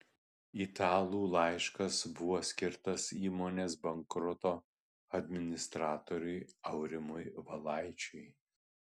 italų laiškas buvo skirtas įmonės bankroto administratoriui aurimui valaičiui